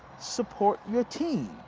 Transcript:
support your team.